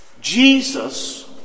Jesus